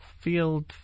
field